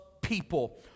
people